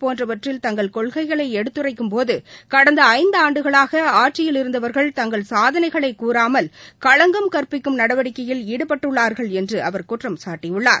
போன்றவற்றில் தங்கள் கொள்கைகளை எடுத்துரைக்கும்போது கடந்த ஐந்தாண்டுகளாக ஆட்சியிலிருந்தவர்கள் தங்கள் சாதனைகளை கூறாமல் களங்கம் கற்பிக்கும் நடவடிக்கையில் ஈடுபட்டுள்ளார்கள் என்று அவர் குற்றம் சாட்டியுள்ளார்